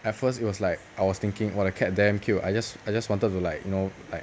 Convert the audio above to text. at first it was like I was thinking !wah! the cat damn cute I just I just wanted to like you know like like